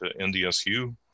NDSU